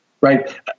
right